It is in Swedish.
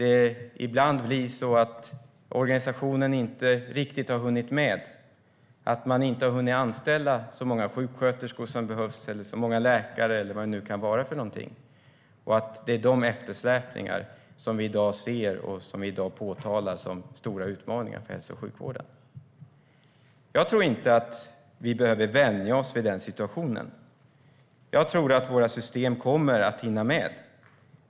Ibland har organisationen inte riktigt hunnit med. Man har inte hunnit anställa så många sjuksköterskor som behövs, eller läkare eller vad det nu kan vara. Det är de eftersläpningarna vi i dag ser och tar upp som stora utmaningar för hälso och sjukvården. Jag tror inte att vi behöver vänja oss vid den situationen. Jag tror att våra system kommer att hinna med.